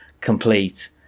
complete